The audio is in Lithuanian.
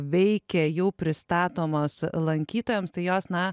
veikia jau pristatomos lankytojams tai jos na